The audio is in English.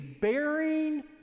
bearing